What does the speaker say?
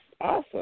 awesome